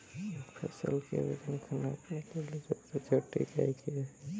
फसल के वजन को नापने के लिए सबसे छोटी इकाई क्या है?